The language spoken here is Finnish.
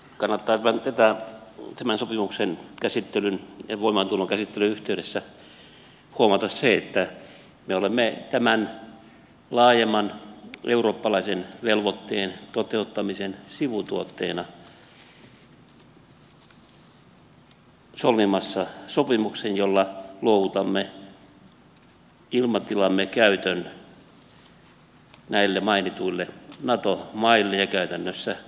kannattaa tämän sopimuksen käsittelyn ja voimaantulon käsittelyn yhteydessä huomata se että me olemme tämän laajemman eurooppalaisen velvoitteen toteuttamisen sivutuotteena solmimassa sopimuksen jolla luovutamme ilmatilam me käytön näille mainituille nato maille ja käytännössä natolle